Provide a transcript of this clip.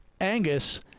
Angus